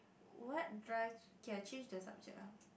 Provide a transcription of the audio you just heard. what drives K I change the subject ah